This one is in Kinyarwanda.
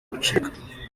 gucika